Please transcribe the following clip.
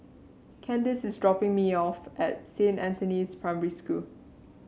Kandice is dropping me off at Saint Anthony's Primary School